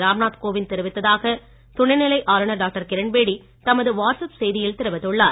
ராம் நாத் கோவிந்த் தெரிவித்ததாக துணைநிலை ஆளுநர் டாக்டர் கிரண்பேடி தமது வாட்ஸ்அப் செய்தியில் தெரிவித்துள்ளார்